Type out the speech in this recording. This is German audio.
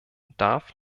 darf